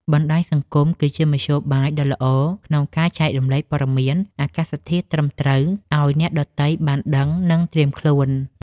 បណ្តាញសង្គម គឺជាមធ្យោបាយដ៏ល្អក្នុងការចែករំលែកព័ត៌មានអាកាសធាតុត្រឹមត្រូវឱ្យអ្នកដទៃបានដឹង និងត្រៀមខ្លួន។